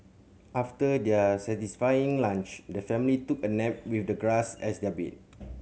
after their satisfying lunch the family took a nap with the grass as their bed